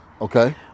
okay